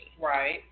Right